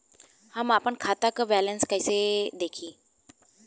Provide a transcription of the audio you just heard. हम आपन खाता क बैलेंस कईसे देखी?